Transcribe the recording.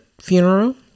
funeral